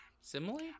Simile